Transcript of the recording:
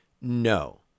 No